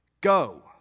Go